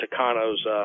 Takano's